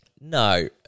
No